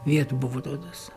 vietų buvo atrodos